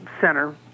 Center